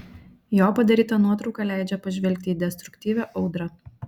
jo padaryta nuotrauka leidžia pažvelgti į destruktyvią audrą